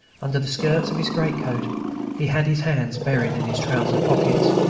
under the skirts of his great-coat he had his hands buried in his trouser pockets.